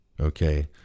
Okay